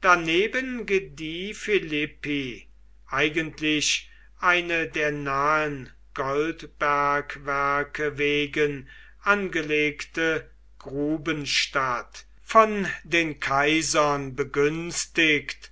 daneben gedieh philippi eigentlich eine der nahen goldbergwerke wegen angelegte grubenstadt von den kaisern begünstigt